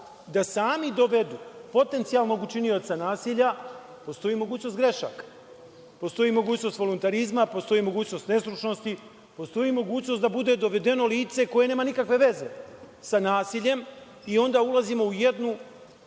da sami dovedu potencijalnog učinioca nasilja, postoji mogućnost grešaka. Postoji mogućnost voluntarizma, postoji mogućnost ne stručnosti, postoji mogućnost da bude dovedeno lice koje nema nikakve veze sa nasiljem i onda ulazimo u jednu,